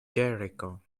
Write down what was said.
jericho